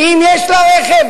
כי אם יש לה רכב,